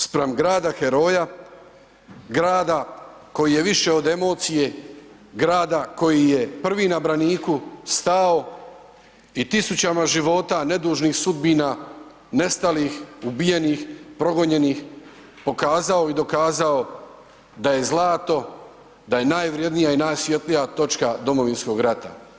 Spram Grada heroja, grada koji je više od emocije, grada koji je prvi na braniku stao i tisućama života, nedužnih sudbina, nestalih, ubijenih, progonjenih pokazao i dokazao da je zlato, da je najvrjednija i najsvjetlija točka Domovinskog rata.